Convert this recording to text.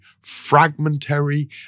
fragmentary